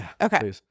Okay